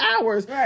hours